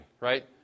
right